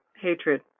hatred